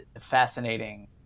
fascinating